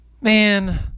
Man